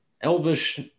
elvish